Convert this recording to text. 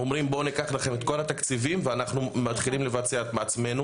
אומרים "בואו ניקח לכם את כל התקציבים" ואנחנו מתחילים לצאת מעצמנו,